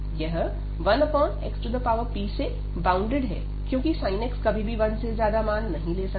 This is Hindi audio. यह1xpसे बाउंडेड है क्योंकि sin x कभी भी 1 से ज्यादा मान नहीं ले सकता